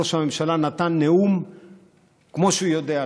ראש הממשלה נתן נאום כמו שהוא יודע לתת,